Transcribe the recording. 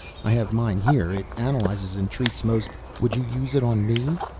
i have mine here. it analyzes and treats most. would you use it on me?